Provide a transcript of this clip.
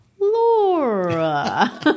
Laura